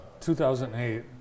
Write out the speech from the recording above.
2008